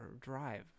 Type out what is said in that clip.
Drive